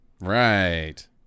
Right